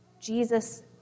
Jesus